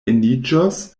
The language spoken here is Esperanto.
eniĝos